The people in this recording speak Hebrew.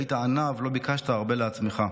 היית עניו, לא ביקשת הרבה לעצמך.